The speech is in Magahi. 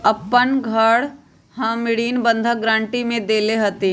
अपन घर हम ऋण बंधक गरान्टी में देले हती